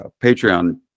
Patreon